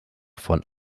von